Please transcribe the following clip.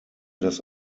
das